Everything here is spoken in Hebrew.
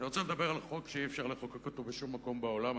אני רוצה לדבר על חוק שאי-אפשר לחוקק אותו בשום מקום בעולם,